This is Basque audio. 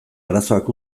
arazoak